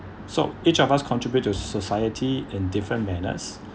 so each of us contribute to society in different manners